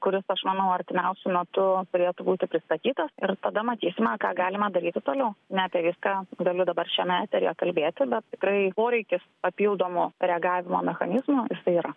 kuris aš manau artimiausiu metu turėtų būti pristatytas ir tada matysime ką galima daryti toliau ne apie viską galiu dabar šiame eteryje kalbėti bet tikrai poreikis papildomo reagavimo mechanizmo jisai yra